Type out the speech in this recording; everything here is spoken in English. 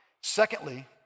Secondly